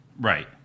Right